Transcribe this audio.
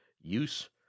use